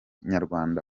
banyarwanda